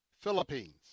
Philippines